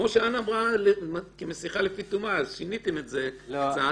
כמו שאן אמרה כמשיחה לתומה אז שיניתם את זה קצת.